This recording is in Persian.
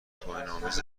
توهینآمیز